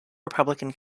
republican